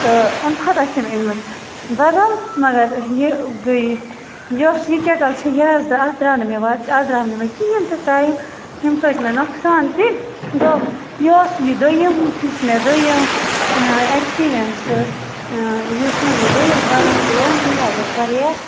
تہٕ اَمہِ کھۄتہٕ اسے مےٚ أنۍ مٕژ بَدل مگر یہِ گٔے یۄس یہٕ کٮ۪ٹل چھِ یہِ حظ اَتھ درٛاو نہٕ مےٚ اَتھ درٛاو نہٕ مےٚ کِہیٖنۍ تہٕ ٹایم ییٚمہٕ سۭتۍ مےٚ نۄقصان تہٕ گوٚو یہِ اوس یہِ دۄیم یُس مےٚ دۄیم اٮ۪کٔسپیریَنٔس ٲسۍ یُس مےٚ یہِ دۄیِم پرٛوڈکٹ اوٚن یہِ حظ اوس وارِیاہ